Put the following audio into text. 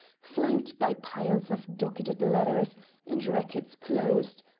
flanked by piles of docketed letters and records closed,